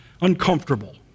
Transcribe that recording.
uncomfortable